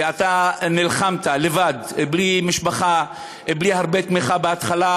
ואתה נלחמת לבד בלי משפחה, בלי הרבה תמיכה בהתחלה.